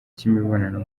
cy’imibonano